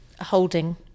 holding